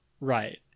Right